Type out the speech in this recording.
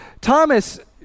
Thomas